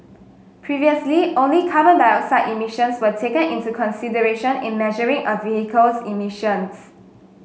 previously only carbon dioxide emissions were taken into consideration in measuring a vehicle's emissions